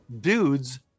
Dudes